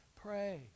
Pray